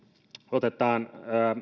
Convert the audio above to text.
otetaan